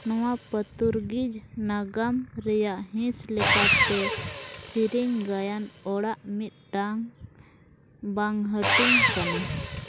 ᱱᱚᱣᱟ ᱯᱚᱛᱩᱨᱜᱨᱤᱡᱽ ᱱᱟᱜᱟᱢ ᱨᱮᱭᱟᱜ ᱦᱤᱸᱥ ᱞᱮᱠᱟᱛᱮ ᱥᱮᱨᱮᱧ ᱜᱟᱭᱟᱱ ᱚᱲᱟᱜ ᱢᱤᱫᱴᱟᱝ ᱵᱟᱝ ᱦᱟᱹᱴᱤᱧ ᱠᱟᱱᱟ